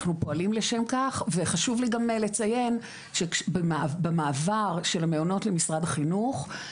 אנחנו פועלים לשם כך וחשוב לי גם לציין שבמעבר של המעונות למשרד החינוך,